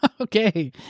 Okay